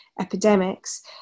epidemics